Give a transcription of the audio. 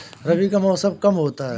रबी का मौसम कब होता हैं?